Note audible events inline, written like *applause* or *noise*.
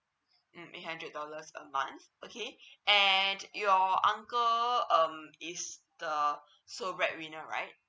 mm eight hundred dollars a month okay *breath* and your uncle um is the *breath* sole breadwinner right